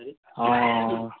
অঁ